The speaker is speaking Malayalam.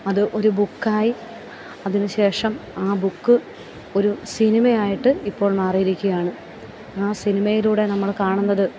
അത് ഒരു ബുക്ക് ആയി അതിനു ശേഷം ആ ബുക്ക് ഒരു സിനിമ ആയിട്ട് ഇപ്പോൾ മാറിയിരിക്കുകയാണ് ആ സിനിമയിലൂടെ നമ്മൾ കാണുന്നത്